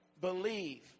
believe